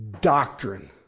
doctrine